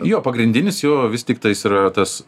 jo pagrindinis jo vis tiktais yra tas